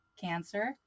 Cancer